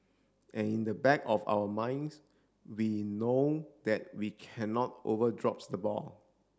and in the back of our minds we know that we cannot over drops the ball